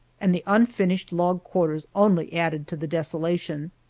and the unfinished log quarters only added to the desolation.